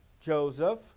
Joseph